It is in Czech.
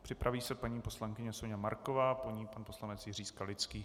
Připraví se paní poslankyně Soňa Marková, po ní pan poslanec Jiří Skalický.